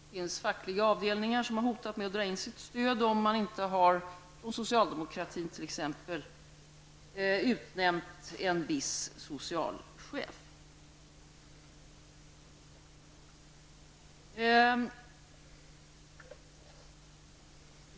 Fackliga avdelningar har hotat med att dra in sitt stöd, om inte socialdemokratin har utnämnt t.ex. en viss socialchef.